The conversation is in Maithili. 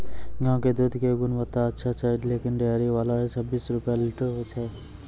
गांव के दूध के गुणवत्ता अच्छा छै लेकिन डेयरी वाला छब्बीस रुपिया लीटर ही लेय छै?